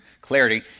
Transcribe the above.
clarity